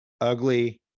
ugly